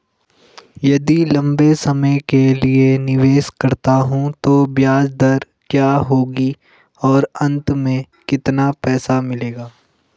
यदि लंबे समय के लिए निवेश करता हूँ तो ब्याज दर क्या होगी और अंत में कितना पैसा मिलेगा?